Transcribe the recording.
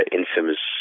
infamous